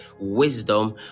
wisdom